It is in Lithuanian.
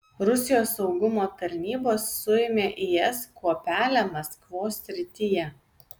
rusijos saugumo tarnybos suėmė is kuopelę maskvos srityje